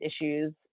issues